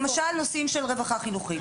למשל נושאים של רווחה חינוכית,